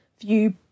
view